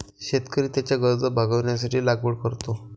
शेतकरी त्याच्या गरजा भागविण्यासाठी लागवड करतो